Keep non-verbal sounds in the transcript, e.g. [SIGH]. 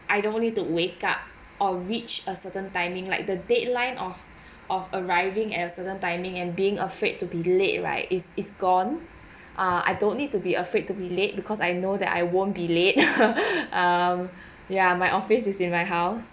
I don't need to wake up or reach a certain timing like the deadline of of arriving at a certain timing and being afraid to be late right is is gone ah I don't need to be afraid to be late because I know that I won't be late [LAUGHS] um ya my office is in my house